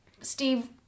Steve